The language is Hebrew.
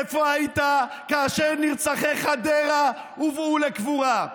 איפה היית כאשר נרצחי חדרה הובאו לקבורה?